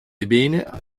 ebene